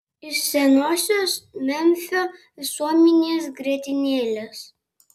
iš senosios memfio visuomenės grietinėlės